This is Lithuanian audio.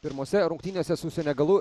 pirmose rungtynėse su senegalu